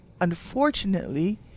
Unfortunately